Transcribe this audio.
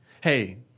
Hey